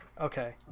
Okay